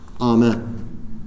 Amen